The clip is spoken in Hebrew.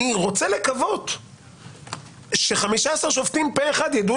אני רוצה לקוות ש-15 שופטים פה אחד יידעו